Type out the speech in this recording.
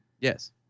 Yes